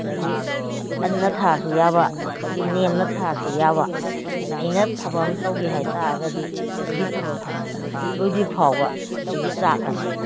ꯑꯗꯨꯗꯒꯤ ꯀꯟꯅ ꯊꯥꯔꯁꯨ ꯌꯥꯕ ꯑꯗꯨꯗꯒꯤ ꯅꯦꯝꯅ ꯊꯥꯔꯁꯨ ꯌꯥꯕ ꯑꯩꯅ ꯊꯕꯛ ꯑꯃ ꯇꯧꯒꯦ ꯍꯥꯏꯕ ꯇꯥꯔꯒꯗꯤ ꯑꯩꯒꯤ ꯊꯕꯛ ꯑꯁꯤ ꯂꯣꯏꯗ꯭ꯔꯤꯐꯥꯎꯕ ꯑꯩꯒꯤ ꯆꯥꯛ ꯑꯁꯤ